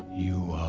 you